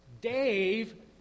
Dave